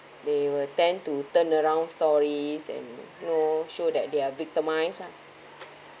they will tend to turnaround stories and you know show that they are victimized ah